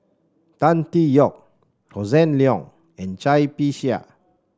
Tan Tee Yoke Hossan Leong and Cai Bixia